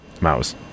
Mouse